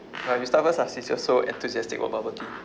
ah you start first lah since you're so enthusiastic about bubble tea